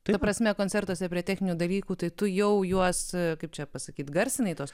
ta prasme koncertuose prie techninių dalykų tai tu jau juos kaip čia pasakyti garsinai tuos